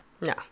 no